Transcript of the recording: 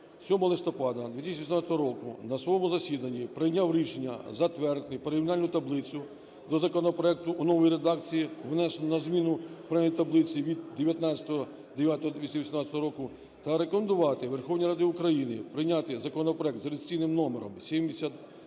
7 листопада 2018 року на своєму засіданні прийняв рішення затвердити порівняльну таблицю до законопроекту у новій редакції, внесену на зміну прийнятій таблиці від 19.09.2018 року та рекомендувати Верховній Раді України прийняти законопроект за реєстраційним номером